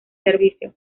servicio